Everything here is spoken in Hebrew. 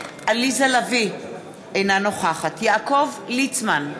עליזה לביא, אינה נוכחת יעקב ליצמן,